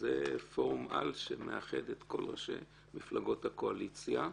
שזה פורום-על שמאחד את ראשי מפלגות הקואליציה.